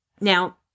Now